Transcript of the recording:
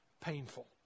painful